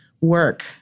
work